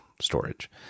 storage